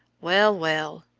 well, well,